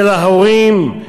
של ההורים,